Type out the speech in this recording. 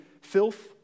filth